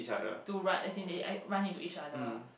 to write as in uh run into each other